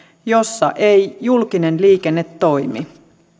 jossa ei julkinen liikenne toimi